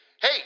Hey